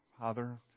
Father